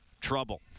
trouble